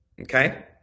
okay